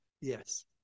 Yes